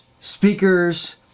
speakers